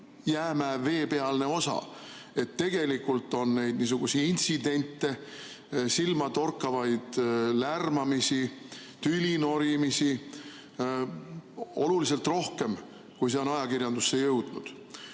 jäämäe veepealne osa. Tegelikult on neil niisuguseid intsidente, silmatorkavaid lärmamisi ja tülinorimisi oluliselt rohkem, kui see on ajakirjandusse jõudnud.